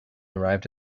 arrived